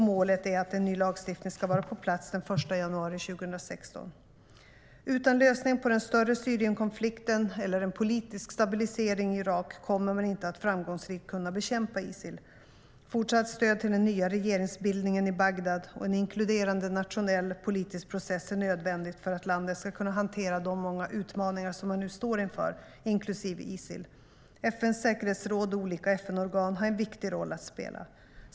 Målet är att ny lagstiftning ska vara på plats den 1 januari 2016. Utan lösning på den större Syrienkonflikten eller en politisk stabilisering i Irak kommer man inte att framgångsrikt kunna bekämpa Isil. Fortsatt stöd till den nya regeringsbildningen i Bagdad och en inkluderande nationell politisk process är nödvändigt för att landet ska kunna hantera de många utmaningar som man nu står inför, inklusive Isil. FN:s säkerhetsråd och olika FN-organ har en viktig roll att spela.